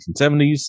1970s